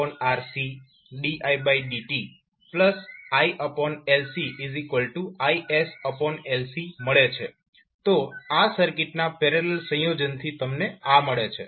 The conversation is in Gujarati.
તો આ સર્કિટના પેરેલલ સંયોજનથી તમને આ મળે છે